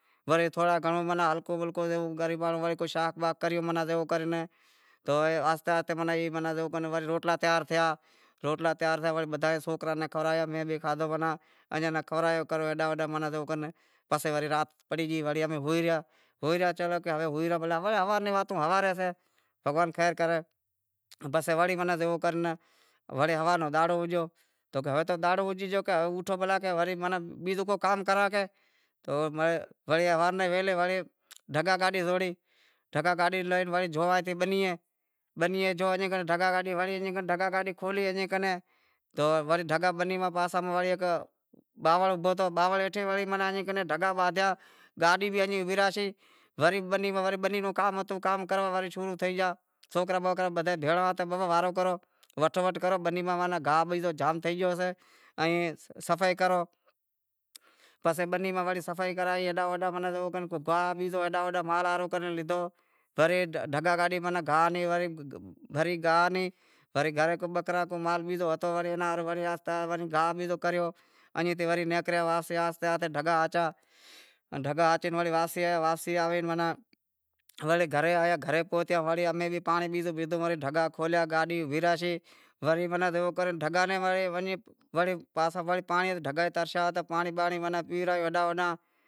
وڑے ہلکو پھلکو ماناں گریبانڑو شاگ باگ کریوں جیوو کر مناں آہستے آہستے ماناں جیوو کر روٹلا تیار تھیا، روٹلا تیار تھیا تو وڑے بدہا ئے سوکراں ناں کھارایا میں بھی کھادہو ماناں سیں کھورایو جیوو کر ہیڈاں ہوڈاں پسے وڑی را ت پڑی وڑے امیں ہوئے رہیا، ہوئے رہیا تو چلو ہوارے روں واتوں ہوارے روں واتوں ہوراےسیں بھگوان خیر کرے پسے وڑے جیوو تو ہوے دہاڑو اوگو کر ہوارے رو دہاڑو اوگیو، پسے ہوے دہاڑو اوگے گیو اوٹھو بھلا وڑے بیزو کو کام کراں کے وڑے ویلے ڈھگا گاڈی زوڑی، ڈھگا گاڈی لیئے وڑے زاوں بنیئے، بنیئے جوئے وڑے ایئں ڈھگا گاڈی کھولی، ڈھگا بنی رے پاہے ہیک باوڑ اوبھو ہتو اونے ہیٹھا ڈھگا بادہیا گاڈی بھی وراشی ورے بنی ماسہ کام ہتو تو کام کروا شروع تھے گیا سوکرا بوکرا ابدہا ئے بھیڑا ہتا بابا وارو کرو وٹھو وٹھ کرو بنی ماہ گاہ بیزو جام تھے گیو سے ائیں صفائی کرو پسے بنی ماہ صفائی کرائی ہیڈاں ہوڈاں جیوو کر گاہ بیزو ہیڈاں ہوڈان مال ہاروں کرے لیدہو ورے ڈھگا گاڈی گاہ ری بھری گاہ گھرے وڑے بکرا بیزو مال بال ہتو اہئے رے ہاروں گاہ باہ کریو ایم کرے ورے نیکریا آہستے آہستے ڈھگا ہاچا ڈھگا ہاچے وڑے واپسی آیا واپسی آوے وڑے گھرے آیا گھرے پہتیا گھرے امیں پانڑی بیزو پیدہوڈھگا کھولیا وڑے ڈھگا ئے ترشیا ہتا اوئاں پانڑی پیواڑیو ہیڈاں ہوڈاں